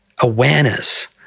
awareness